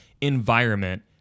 environment